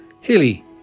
Hilly